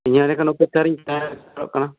ᱤᱧ ᱦᱚᱸ ᱮᱰᱮᱠᱷᱟᱱ ᱚᱯᱮᱠᱷᱟᱨᱤᱧ ᱛᱟᱦᱮᱸ ᱦᱟᱛᱟᱲᱚᱜ ᱠᱟᱱᱟ